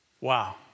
Wow